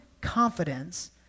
confidence